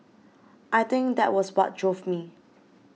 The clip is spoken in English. I think that was what drove me